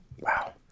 Wow